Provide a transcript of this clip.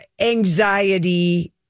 anxiety